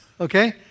Okay